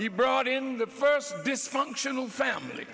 he brought in the first dysfunctional family